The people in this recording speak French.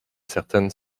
certaines